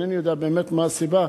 אינני יודע באמת מה הסיבה.